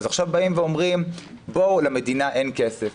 אז עכשיו אומרים שלמדינה אין כסף.